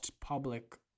public